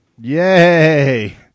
Yay